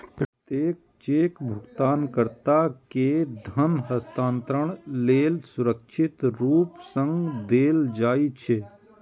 प्रत्येक चेक भुगतानकर्ता कें धन हस्तांतरण लेल सुरक्षित रूप सं देल जाइ छै